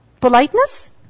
politeness